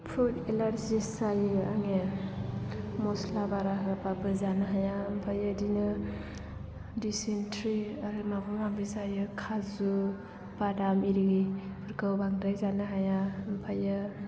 food allergies जायो आङो मस्ला बारा होबाबो जानो हाया ओमफ्राय बिदिनो दिसेन्ट्रि आरो माबा माबि जायो खाजु बादाम आरिफोरखौ बांद्राय जानो हाया ओमफ्राय